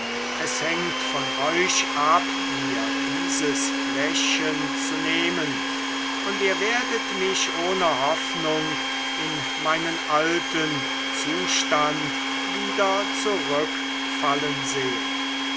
es hängt von euch ab mir dieses fläschchen zu nehmen und ihr werdet mich ohne hoffnung in meinen alten zustand wieder zurückfallen sehen